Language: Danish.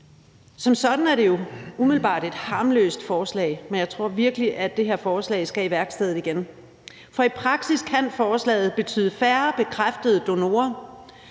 Som sådan er det jo umiddelbart et harmløst forslag, men jeg tror virkelig, at det her forslag skal i værkstedet igen, for i praksis kan forslaget betyde færre bekræftede donorer.